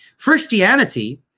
Christianity